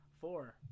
four